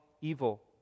evil